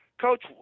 Coach